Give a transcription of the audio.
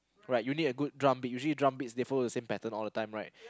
right you need a good drum beat right usually drum beats usually they follow the same pattern right